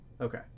okay